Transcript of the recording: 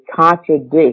contradict